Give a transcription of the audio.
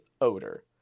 odor